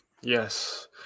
Yes